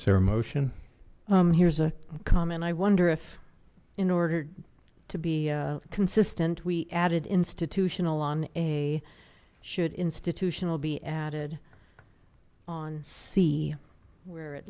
sara motion um here's a comment i wonder if in order to be consistent we added institutional on a should institution will be added on see where it